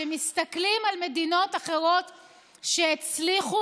כשמסתכלים על מדינות אחרות שהצליחו,